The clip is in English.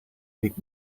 pick